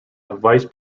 vice